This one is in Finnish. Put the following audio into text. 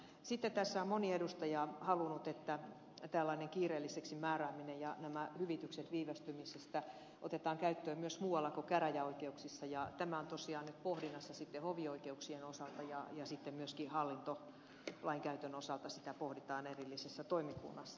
sitten tässä on moni edustaja halunnut että tällainen kiireelliseksi määrääminen ja nämä hyvitykset viivästymisistä otetaan käyttöön myös muualla kuin käräjäoikeuksissa ja tämä on tosiaan nyt pohdinnassa sitten hovioikeuksien osalta ja sitten myöskin hallintolainkäytön osalta sitä pohditaan erillisessä toimikunnassa